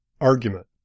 argument